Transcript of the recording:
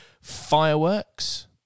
fireworks